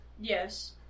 Yes